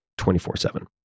24-7